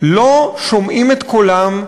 לא שומעים את קולם,